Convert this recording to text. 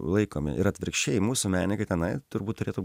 laikomi ir atvirkščiai mūsų menininkai tenai turbūt turėtų